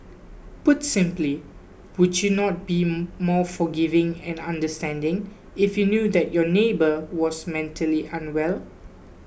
put simply would you not be more forgiving and understanding if you knew that your neighbour was mentally unwell